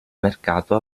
mercato